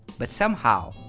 but somehow,